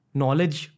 knowledge